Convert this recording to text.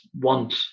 want